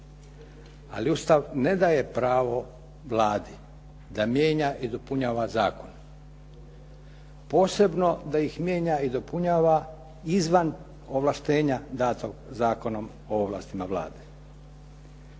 Ali Ustav ne daje pravo Vladi da mijenja i dopunjava zakon. Posebno da ih mijenja i dopunjava izvan ovlaštenja danom zakonom o ovlastima Vlade.